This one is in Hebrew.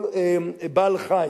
כל בעל חי,